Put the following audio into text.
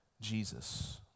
Jesus